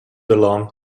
along